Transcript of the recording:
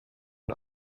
and